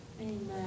Amen